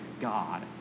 God